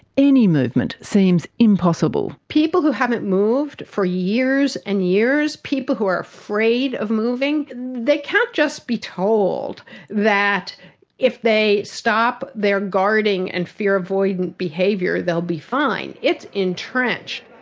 any movement seems impossible. people who haven't moved for years and years people who are afraid of moving they can't just be told that if they stop their guarding and fear avoidant behaviour they'll be fine. it's entrenched.